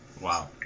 Wow